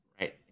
Right